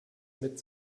mit